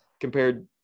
compared